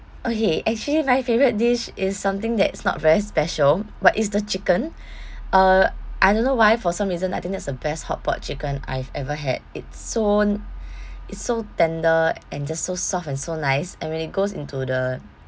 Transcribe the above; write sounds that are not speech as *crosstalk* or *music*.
okay actually my favourite dish is something that is not very special but it's the chicken *breath* uh I don't know why for some reason I think that's the best hotpot chicken I've ever had it's so *breath* it's so tender and just so soft and so nice and when it goes into the